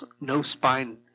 no-spine